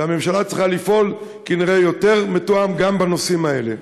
והממשלה צריכה לפעול כנראה באופן יותר מתואם גם בנושאים האלה.